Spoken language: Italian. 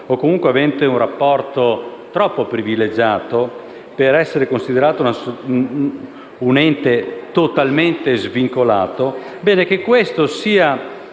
o comunque avente un rapporto troppo privilegiato per essere considerato un ente totalmente svincolato), questo sia